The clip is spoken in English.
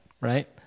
right